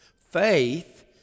Faith